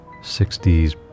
60s